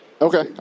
okay